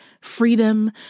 Freedom